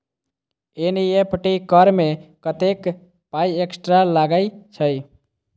NEFT करऽ मे कत्तेक पाई एक्स्ट्रा लागई छई?